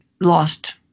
lost